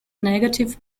negative